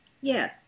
yes